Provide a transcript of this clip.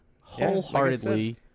Wholeheartedly